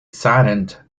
saddened